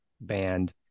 band